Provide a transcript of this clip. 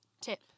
tip